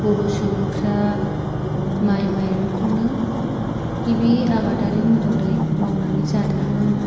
बर' सुबुंफोरा माइ माइरंखौनो गिबि आबादारि महरै मावनानै जादोंमोन